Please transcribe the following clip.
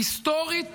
היסטורית